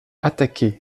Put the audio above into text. attaquaient